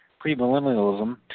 premillennialism